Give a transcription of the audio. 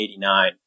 1989